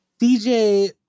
DJ